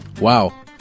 Wow